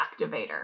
activator